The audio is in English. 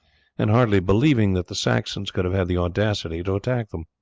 and hardly believing that the saxons could have had the audacity to attack them.